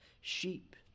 sheep